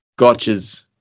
gotchas